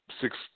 six